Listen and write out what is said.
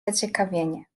zaciekawienie